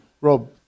rob